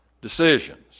decisions